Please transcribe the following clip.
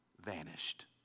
vanished